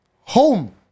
home